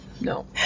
No